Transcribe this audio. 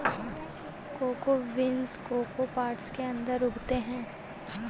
cocoa beans cocoa pots के अंदर उगते हैं